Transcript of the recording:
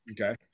Okay